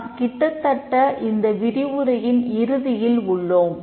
நாம் கிட்டத்தட்ட இந்த விரிவுரையின் இறுதியில் உள்ளோம்